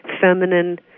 feminine